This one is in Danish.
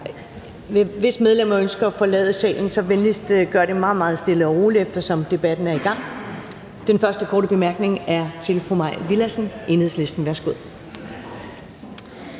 hvis medlemmer ønsker at forlade salen, så gør det venligst meget, meget stille og roligt, eftersom debatten er i gang – og den første er fra fru Mai Villadsen, Enhedslisten. Værsgo.